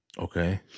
okay